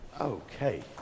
okay